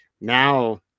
Now